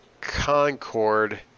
Concord